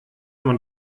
man